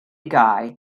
guy